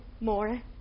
more